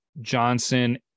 Johnson